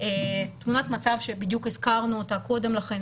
תמונת מצב שהזכרנו אותה קודם לכן,